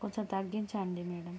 కొంచెం తగ్గించండి మేడం